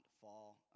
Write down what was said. fall